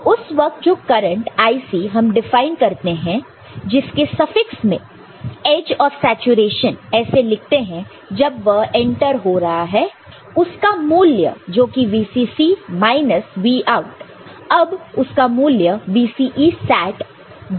तो उस वक्त जो करंट IC हम डिफाइन करते हैं जिसके सफिक्स में एज ऑफ सैचुरेशन ऐसे लिखते हैं जब वह एंटर हो रहा है उसका मूल्य जोकि VCC माइनस Vout अब उसका मूल्य VCESat डिवाइड बाय RC है